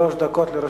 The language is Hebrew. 3555, 3563, 3567,